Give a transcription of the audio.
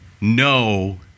no